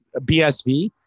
bsv